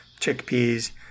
chickpeas